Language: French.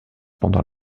pendant